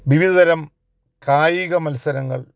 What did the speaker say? വിവിധ തരം കായികമത്സരങ്ങൾ